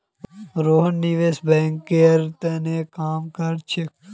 रोहन निवेश बैंकिंगेर त न काम कर छेक